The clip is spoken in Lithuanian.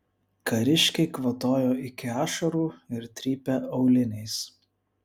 kariškiai kvatojo iki ašarų ir trypė auliniais